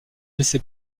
laissé